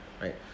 right